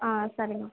ஆ சரிங்கம்மா